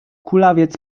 kulawiec